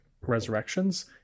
Resurrections